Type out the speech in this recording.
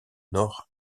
nord